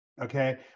Okay